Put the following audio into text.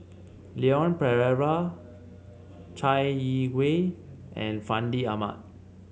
Leon Perera Chai Yee Wei and Fandi Ahmad